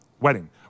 Wedding